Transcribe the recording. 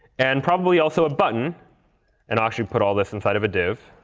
and probably also a button and i'll actually put all this inside of a div